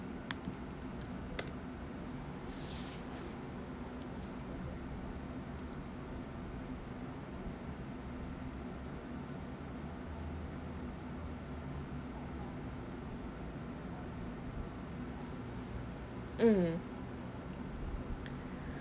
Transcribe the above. mm